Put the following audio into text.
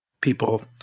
People